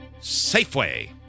Safeway